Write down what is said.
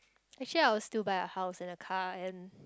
actually I will still buy a house and a car and